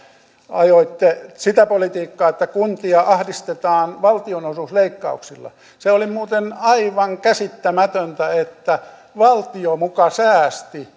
ajoitte sitä politiikkaa että kuntia ahdistetaan valtionosuusleikkauksilla se oli muuten aivan käsittämätöntä että valtio muka säästi